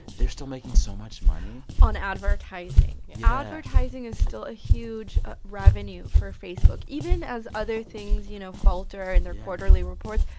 they're still making so much money on advertising yeah advertising is still a huge ah revenue for facebook. even as other things, you know, falter. yeah. in their quarterly reports,